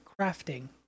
crafting